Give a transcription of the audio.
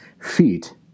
feet